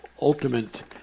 ultimate